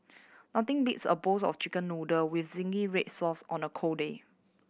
nothing beats a bowls of Chicken Noodle with zingy red sauce on a cold day